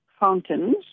fountains